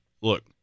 look